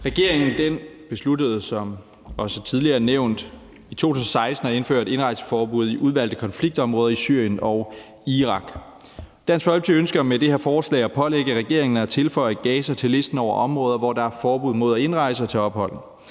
har i 2016 besluttet, som også tidligere nævnt, at indføre et indrejseforbud i udvalgte konfliktområder i Syrien og Irak. Dansk Folkeparti ønsker med det her forslag at pålægge regeringen at tilføje Gaza til listen over områder, som der er forbud mod at indrejse til og tage ophold